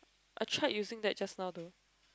I tried using that just now though